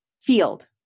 field